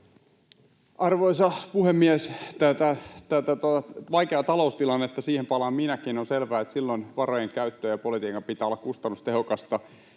Arvoisa puhemies! Tähän vaikeaan taloustilanteeseen palaan minäkin. On selvää, että silloin varainkäytön ja politiikan pitää olla kustannustehokasta.